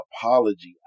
apology